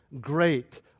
great